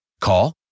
Call